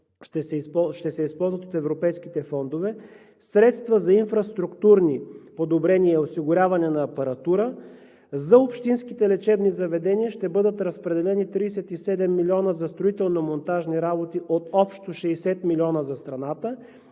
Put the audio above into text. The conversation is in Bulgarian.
ще се използват от европейските фондове, средства за инфраструктурни подобрения и осигуряване на апаратура, за общинските лечебни заведения ще бъдат разпределени 37 милиона за строително-монтажни работи от общо 60 милиона за страната